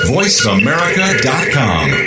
VoiceAmerica.com